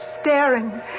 staring